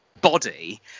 body